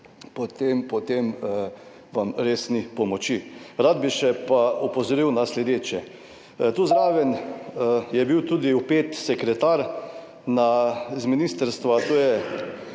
potem, potem vam res ni pomoči. Rad bi še pa opozoril na sledeče. Tu zraven je bil tudi vpet sekretar z ministrstva,